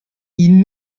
ihnen